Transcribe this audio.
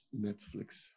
Netflix